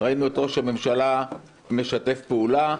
ראינו את ראש הממשלה משתף אתן פעולה.